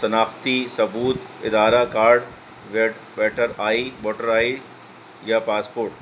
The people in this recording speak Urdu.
شناختی ثبوت ادارہ card voter I voter I یا پاسپورٹ